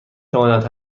تواند